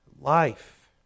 life